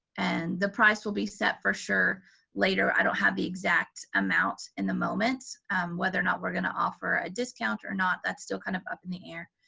and the price will be set for sure later. i don't have the exact amount in the moment whether or not we're going to offer a discount or not. that's still kind of up in the air.